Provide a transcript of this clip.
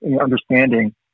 understanding